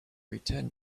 returned